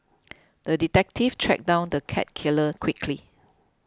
the detective tracked down the cat killer quickly